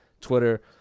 twitter